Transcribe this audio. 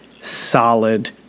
solid